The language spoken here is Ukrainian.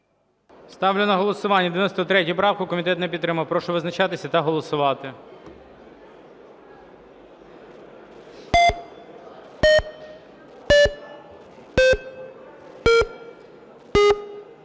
Ставлю на голосування 112-у. Комітет не підтримав. Прошу визначатися та голосувати.